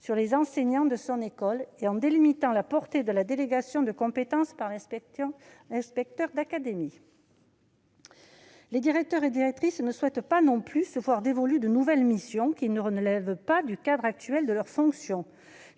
sur les enseignants de son école et en délimitant la portée de la délégation de compétences par l'inspecteur d'académie. Les directeurs ne souhaitent pas non plus que leur soient dévolues de nouvelles missions ne relevant pas du cadre actuel de leur fonction.